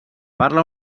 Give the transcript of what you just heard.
parla